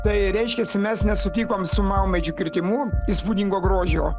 tai reiškiasi mes nesutikom su maumedžių kirtimu įspūdingo grožio